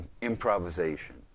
improvisation